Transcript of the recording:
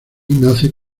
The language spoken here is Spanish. nace